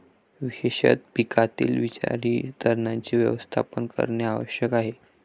विशेषतः पिकातील विषारी तणांचे व्यवस्थापन करणे आवश्यक आहे